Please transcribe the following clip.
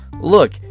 Look